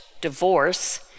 divorce